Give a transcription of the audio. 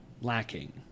lacking